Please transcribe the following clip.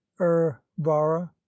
Urvara